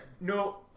No